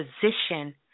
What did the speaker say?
position